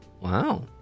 Wow